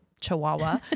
chihuahua